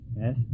Yes